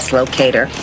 locator